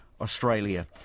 Australia